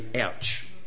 ouch